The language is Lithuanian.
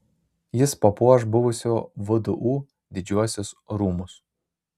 jis papuoš buvusio vdu didžiuosius rūmus